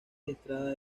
estrada